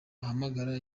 ahamagara